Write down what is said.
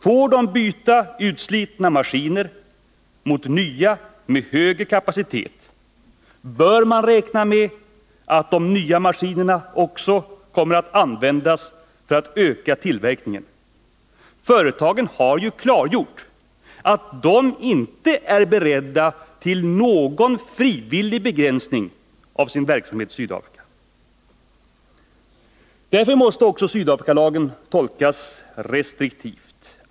Får de byta utslitna maskiner mot nya med högre kapacitet, bör man räkna med att de nya maskinerna också kommer att användas för att öka tillverkningen. Företagen har ju klargjort att de inte är beredda till någon frivillig begränsning av sin verksamhet i Sydafrika. Därför måste också Sydafrikalagen tolkas restriktivt.